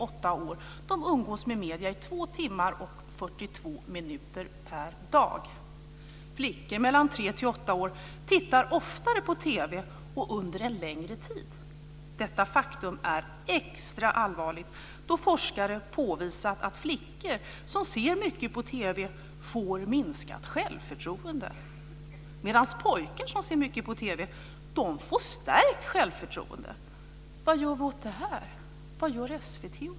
8 år tittar oftare på TV och under en längre tid. Detta faktum är extra allvarligt då forskare påvisat att flickor som ser mycket på TV får minskat självförtroende, medan pojkar som ser mycket på TV får stärkt självförtroende.